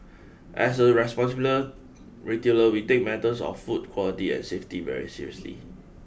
as a responsible retailer we take matters of food quality and safety very seriously